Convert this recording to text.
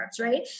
right